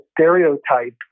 stereotype